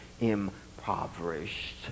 impoverished